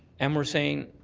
and we're saying,